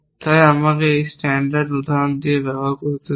তাই আমাকে একটি স্ট্যান্ডার্ড উদাহরণ ব্যবহার করতে দিন